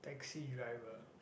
taxi driver